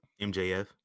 MJF